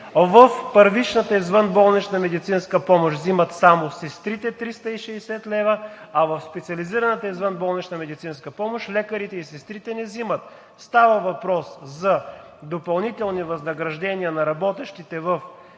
В първичната извънболнична медицинска помощ взимат само сестрите 360 лв., а в специализираната извънболнична медицинска помощ лекарите и сестрите не взимат. Става въпрос за допълнителни възнаграждения на работещите в